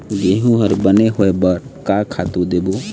गेहूं हर बने होय बर का खातू देबो?